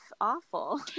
awful